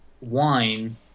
wine